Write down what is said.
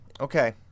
Okay